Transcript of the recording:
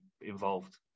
involved